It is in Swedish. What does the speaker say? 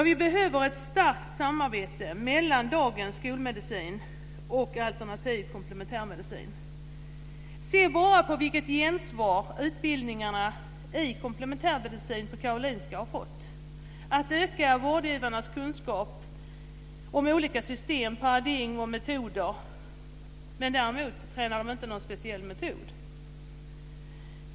Vi behöver ett starkt samarbete mellan dagens skolmedicin och alternativ och komplementärmedicinen. Se bara vilket gensvar utbildningarna i komplementärmedicin på Karolinska har fått! Man ökar vårdgivarnas kunskap om olika system, paradigm och metoder. Däremot tränar de inte någon speciell metod.